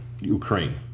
Ukraine